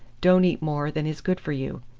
don't eat more than is good for you.